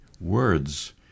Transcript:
words